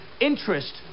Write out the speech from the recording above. Interest